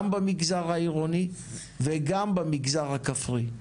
גם במגזר העירוני וגם במגזר הכפרי,